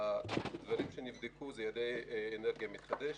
הדברים שנבדקו זה יעדי אנרגיה מתחדשת,